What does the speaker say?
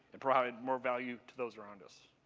and provide more value to those around us.